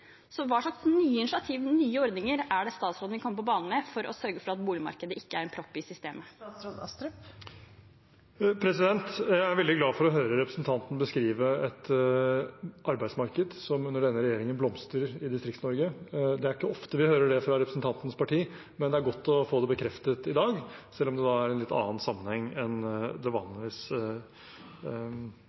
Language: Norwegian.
Hva slags nye initiativ og nye ordninger er det statsråden vil komme på banen med for å sørge for at boligmarkedet ikke er en propp i systemet? Jeg er veldig glad for å høre representanten beskrive et arbeidsmarked som under denne regjeringen blomstrer i Distrikts-Norge. Det er ikke ofte vi hører det fra representantens parti, men det er godt å få det bekreftet i dag, selv om det er en litt annen sammenheng enn det vanligvis